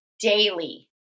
daily